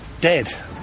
dead